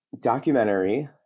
documentary